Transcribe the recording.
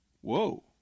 Whoa